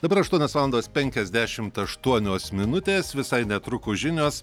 dabar aštuonios valandos penkiasdešimt aštuonios minutės visai netrukus žinios